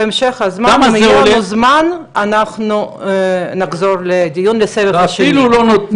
בהמשך יהיה לנו זמן ואנחנו נחזור לדיון לסבב השני.